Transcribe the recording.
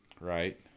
right